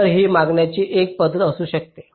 तर ही करण्याची एक पद्धत असू शकते